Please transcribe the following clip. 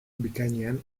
bikainean